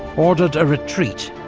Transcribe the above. ordered a retreat,